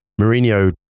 Mourinho